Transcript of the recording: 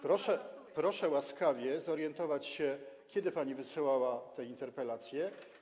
Proszę łaskawie zorientować się, kiedy pani wysyłała te interpelacje.